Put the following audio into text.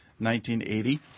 1980